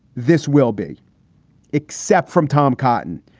this will be except from tom cotton.